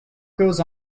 goes